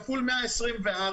כפול 124,